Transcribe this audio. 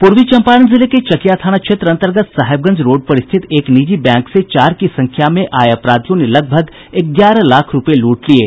पूर्वी चंपारण जिले के चकिया थाना क्षेत्र अंतर्गत साहेबगंज रोड पर स्थित एक निजी बैंक से चार की संख्या में आये अपराधियों ने लगभग ग्यारह लाख रुपये लूट लिये